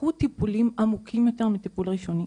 הצטרכות טיפולים עמוקים יותר מטיפול ראשוני.